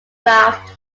graft